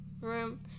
room